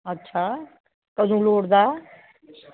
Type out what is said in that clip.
अच्छा कदूं लोड़दा